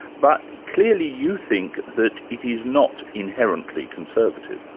but clearly you think that it is not inherently conservative.